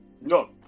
No